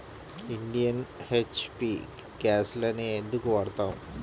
Indian, HP గ్యాస్లనే ఎందుకు వాడతాము?